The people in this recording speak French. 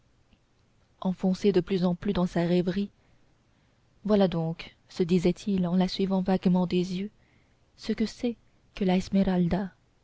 enfoncé de plus en plus dans sa rêverie voilà donc se disait-il en la suivant vaguement des yeux ce que c'est que la